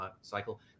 cycle